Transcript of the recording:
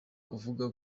uvuga